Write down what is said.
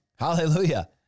Hallelujah